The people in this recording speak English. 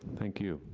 thank you.